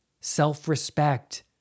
self-respect